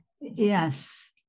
Yes